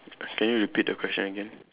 can you repeat the question again